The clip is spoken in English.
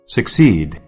Succeed